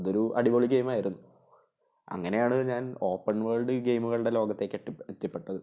അത് ഒരു അടിപൊളി ഗെയിമായിരുന്നു അങ്ങനെയാണ് ഞാൻ ഓപ്പൺ വേൾഡ് ഗെയിമുകളുടെ ലോകത്തേക്ക് എത്തി എത്തിപ്പെട്ടത്